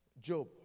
Job